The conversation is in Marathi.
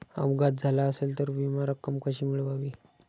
अपघात झाला असेल तर विमा रक्कम कशी मिळवावी?